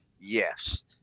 yes